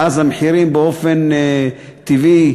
ואז המחירים באופן טבעי,